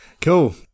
cool